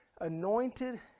anointed